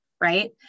right